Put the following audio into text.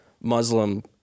Muslim